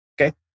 Okay